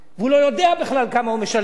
והוא לא יודע בכלל כמה הוא משלם,